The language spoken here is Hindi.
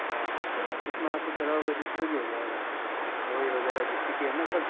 हाँ तो फिर आप अगर इसमें आकर करवाओ तो इसमें भी हो जाएगा आपके दवाई वगैरह जितनी भी है ना सब